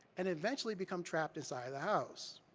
and eventually become trapped inside of the house.